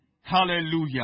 Hallelujah